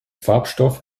farbstoff